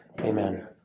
Amen